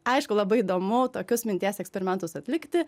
aišku labai įdomu tokius minties eksperimentus atlikti